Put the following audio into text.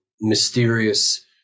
mysterious